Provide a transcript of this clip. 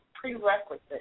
prerequisite